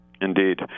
Indeed